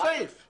אין סעיף כזה.